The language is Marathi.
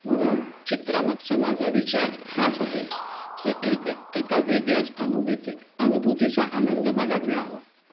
म्हणून चित्रामागचा माझा विचार हाच आहे की एक एका वेगळ्याच अनुभूती अनुभूतीचा आनंद मला मिळावा